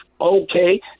okay